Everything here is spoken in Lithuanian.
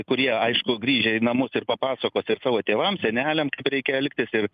kurie aišku grįžę į namus ir papasakos ir savo tėvams seneliams kaip reikia elgtis ir